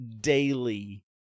daily